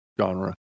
genre